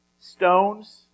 stones